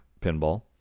pinball